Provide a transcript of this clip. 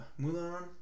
Mulan